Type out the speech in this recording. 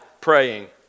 praying